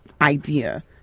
idea